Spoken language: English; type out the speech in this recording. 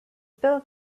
built